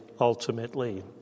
ultimately